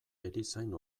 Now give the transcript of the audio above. erizain